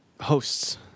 hosts